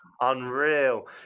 unreal